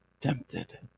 tempted